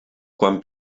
quan